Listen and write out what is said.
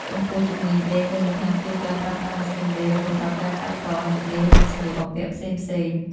ចំពោះ ជំនាញដេរមូលដ្ឋាន គឺការប្រើប្រាស់ម៉ាស៊ីនដេរ រហូតដល់ការកាត់ត និងដេរម៉ូដសម្លៀកបំពាក់ផ្សេងៗ។